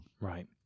Right